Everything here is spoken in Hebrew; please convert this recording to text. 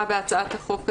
בהצעת החוק הזאת,